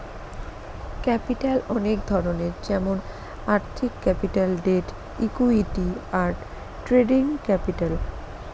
capital অনেক ধরনের যেমন আর্থিক ক্যাপিটাল, ডেট, ইকুইটি, আর ট্রেডিং ক্যাপিটাল